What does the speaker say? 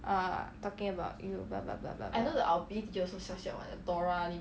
err talking about you blah blah blah blah blah